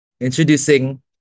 introducing